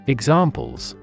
Examples